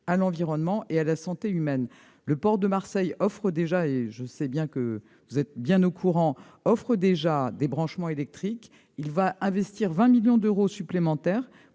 à l'environnement et à la santé humaine. Le port de Marseille offre déjà- je sais que vous êtes au courant -des branchements électriques à quai. Il va y investir 20 millions d'euros supplémentaires,